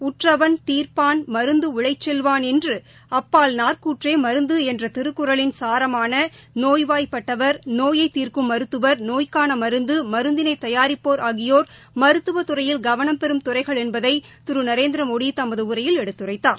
உற்றவன் தீர்ப்பான் மருந்துஉழைச்செல்வான் என்று அப்பால் நார்க்கூற்றேமருந்து என்றதிருக்குறளின் சாரமானநோய்வாய் பட்டவர் நோயைதீர்க்கும் மருத்துவர் நோய்க்கானமருந்து மருந்தினைதயாரிப்போர் ஆகியோர் மருத்துவத் துறையில் கவனம் பெறும் துறைகள் என்பதைதிருநரேந்திரமோடிதமதுஉரையில் எடுத்துரைத்தார்